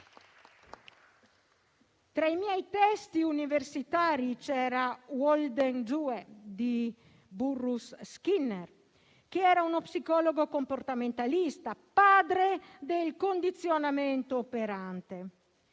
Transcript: Tra i miei testi universitari c'era «Walden due» di Burrhus Skinner, uno psicologo comportamentalista, padre del condizionamento operante.